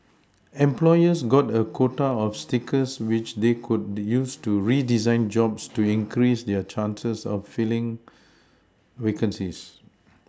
employers got a quota of stickers which they could use to redesign jobs to increase their chances of filling vacancies